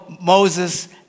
Moses